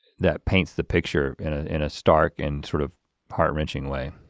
that paints the picture in a stark and sort of heart wrenching way.